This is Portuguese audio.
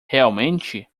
realmente